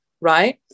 right